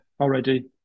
already